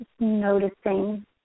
noticing